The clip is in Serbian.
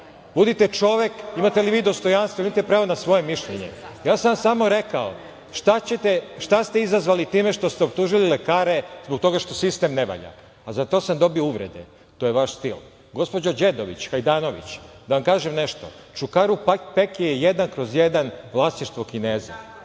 Budite čovek, imate li vi dostojanstva, imate li vi svoje mišljenje? Ja sam vam samo rekao - šta ste izazvali time što ste optužili lekare zbog toga što sistem ne valja? A za to sam dobio uvrede. To je vaš stil. Gospođo Đedović Hajdanović, da vam kažem nešto Čukaru Pek je jedan kroz jedan vlasništvo Kineza.